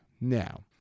Now